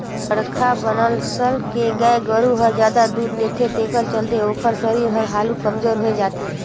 बड़खा बनसल के गाय गोरु हर जादा दूद देथे तेखर चलते ओखर सरीर हर हालु कमजोर होय जाथे